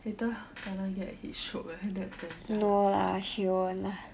later kena get heat stroke ah that's damn jialat sia